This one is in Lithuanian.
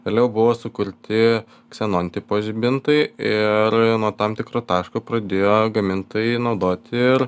vėliau buvo sukurti ksenon tipo žibintai ir nuo tam tikro taško pradėjo gamintojai naudoti ir